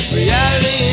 Reality